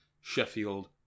Sheffield